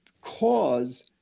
cause